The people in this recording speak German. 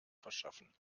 verschaffen